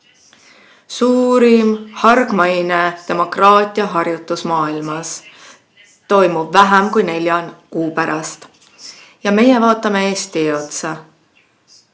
Suurim hargmaine demokraatiaharjutus maailmas toimub vähem kui nelja kuu pärast. Ja meie vaatame otsa